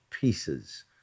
pieces